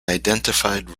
identified